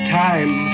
time